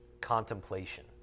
contemplation